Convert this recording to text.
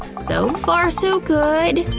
so far, so good.